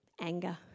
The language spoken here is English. anger